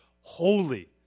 Holy